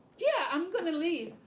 yeah, i'm gonna leave.